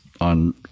on